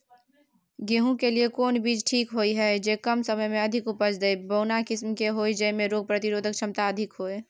गेहूं के लिए कोन बीज ठीक होय हय, जे कम समय मे अधिक उपज दे, बौना किस्म के होय, जैमे रोग प्रतिरोधक क्षमता अधिक होय?